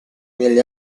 nelle